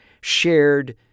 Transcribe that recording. shared